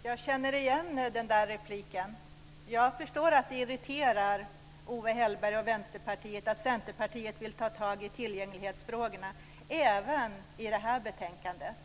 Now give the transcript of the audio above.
Herr talman! Jag känner igen den där repliken. Jag förstår att det irriterar Owe Hellberg och Vänsterpartiet att Centerpartiet vill ta tag i tillgänglighetsfrågorna även i det här betänkandet